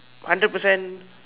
hundred percent